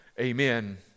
Amen